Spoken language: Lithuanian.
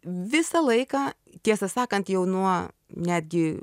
visą laiką tiesą sakant jau nuo netgi